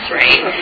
right